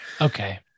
Okay